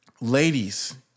ladies